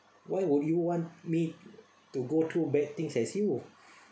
why would you want me to go through bad things as you